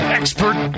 expert